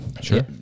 sure